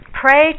Pray